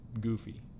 goofy